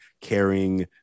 caring